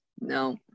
No